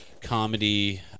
comedy